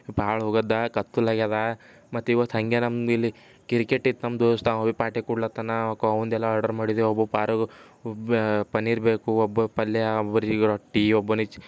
ಭಾಳ ಹೋಗದ್ದ ಕತ್ತಲು ಆಗ್ಯದ ಮತ್ತು ಇವತ್ತು ಹಾಗೆ ನಮ್ದು ಇಲ್ಲಿ ಕಿರ್ಕೆಟ್ ಇತ್ತು ನಮ್ಮ ದೋಸ್ತ್ ಅವ ಭಿ ಪಾರ್ಟಿ ಕೊಡ್ಲತ್ತಾನ ಅವ್ನದ್ದೆಲ್ಲ ಆರ್ಡರ್ ಮಾಡಿದೇವೆ ಒಬ್ಬ ಪಾರುಗೆ ಪನೀರ್ ಬೇಕು ಒಬ್ಬ ಪಲ್ಯ ಒಬ್ರಿಗೆ ರೊಟ್ಟಿ ಒಬ್ಬನಿಗೆ